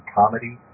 comedy